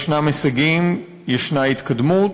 ישנם הישגים, ישנה התקדמות,